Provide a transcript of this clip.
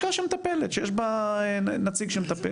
לשכה שמטפלת, שיש בה נציג שמטפל.